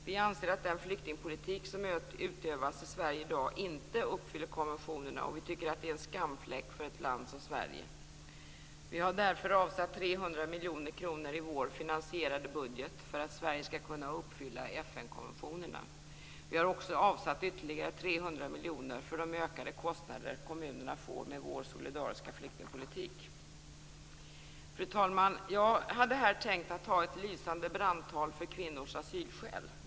Vi anser att den flyktingpolitik som utövas i Sverige i dag inte uppfyller konventionerna, och vi tycker att det är en skamfläck för ett land som Sverige. Vi har därför avsatt 300 miljoner kronor i vår finansierade budget för att Sverige skall kunna uppfylla FN konventionerna. Vi har avsatt ytterligare 300 miljoner kronor för de ökade kostnader kommunerna får med vår solidariska flyktingpolitik. Fru talman! Jag hade här tänkt hålla ett lysande brandtal för kvinnors asylskäl.